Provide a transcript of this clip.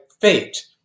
fate